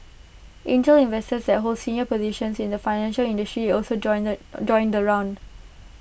angel investors that hold senior positions in the financial industry also joined the joined the round